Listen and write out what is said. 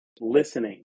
listening